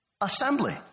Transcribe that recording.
assembly